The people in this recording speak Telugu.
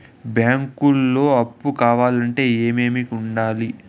బ్యాంకులో అప్పు కావాలంటే ఏమేమి ఉండాలి?